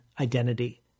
identity